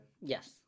Yes